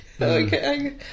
Okay